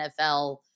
NFL